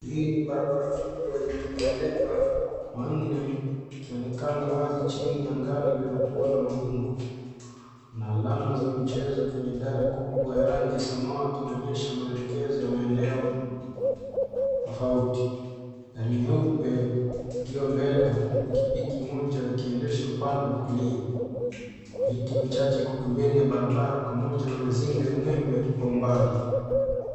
Hii ni barabara kubwa yenye mieleba manne ikionekana wazi chini ya anga iliyokua na mawingu. Kuna alama za mchezo kwenye dari kubwa ya rangi ya samawati na inaonyesha maelekezo ya maeneo tofauti. Gari nyeupe ikiwa mbele huku pikipiki moja ikiendeshwa upande wa kulia. Miti michache Iko pembeni mwa barabara pamoja na mizinga ya umeme kwa umbali.